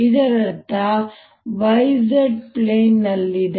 ಇದರರ್ಥ E0 yz plane ನಲ್ಲಿದೆ